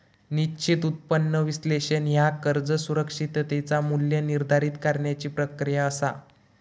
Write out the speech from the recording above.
निश्चित उत्पन्न विश्लेषण ह्या कर्ज सुरक्षिततेचा मू्ल्य निर्धारित करण्याची प्रक्रिया असा